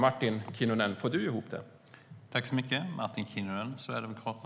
Får du ihop det, Martin Kinnunen?